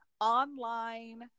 online